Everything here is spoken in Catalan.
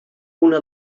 una